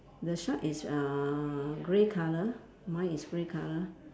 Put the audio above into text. the shark is uh grey colour mine is grey colour